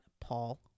Paul